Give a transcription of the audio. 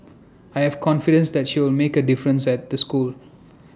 I have confidence that she'll make A difference at the school